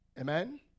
Amen